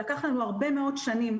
לקח לנו הרבה מאוד שנים,